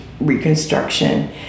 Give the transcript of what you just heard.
Reconstruction